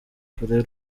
kure